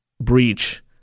breach